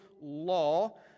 law